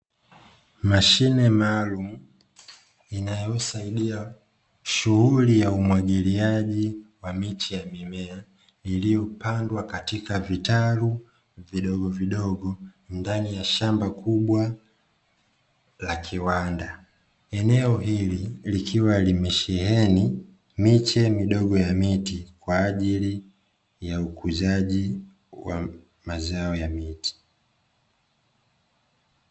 Mashine maalumu inayosaidia shughuli ya umwagiliaji wa miche ya mimea, iliyopandwa katika vitalu vidogovidogo, ndani ya shamba kubwa la kiwanda. Eneo hili likiwa limesheheni miche midogo ya miti, kwa ajili ya ukuzaji wa mazao la miti.